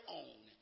own